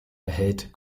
erhält